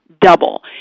double